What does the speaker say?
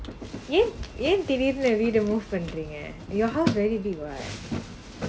ஏன் திடீர்னு வீடு:yaen thideernu veedu move பண்றிங்க:pandringga your house very big